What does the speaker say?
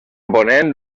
ponent